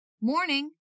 Morning